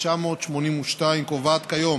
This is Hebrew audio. התשמ"ב 1982, קובעת כיום